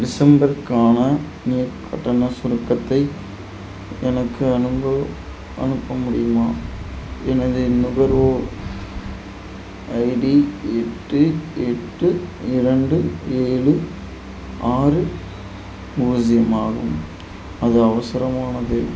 டிசம்பருக்கான நீர் கட்டண சுருக்கத்தை எனக்கு அனுங்க அனுப்ப முடியுமா எனது நுகர்வோர் ஐடி எட்டு எட்டு இரண்டு ஏழு ஆறு பூஜ்ஜியம் ஆகும் அது அவசரமானது